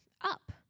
Up